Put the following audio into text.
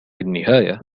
النهاية